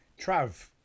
Trav